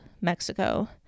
Mexico